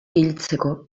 hiltzeko